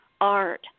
art